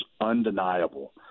undeniable